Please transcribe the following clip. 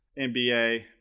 NBA